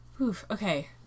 Okay